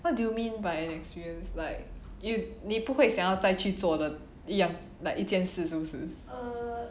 what do you mean by experience like you 你不会想要再去做的一样 like 一件事是不是